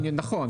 נכון,